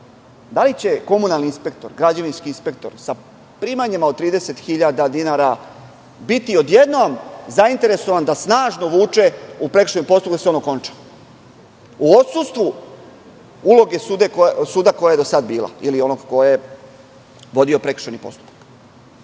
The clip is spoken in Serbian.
Da li će komunalni inspektor, građevinski inspektor sa primanjima od 30.000 dinara biti odjednom zainteresovan da snažno vuče u prekršajnom postupku da se on okonča, u odsustvu uloge suda koja je do sada bila ili onog ko je vodio prekršajni postupak? Moram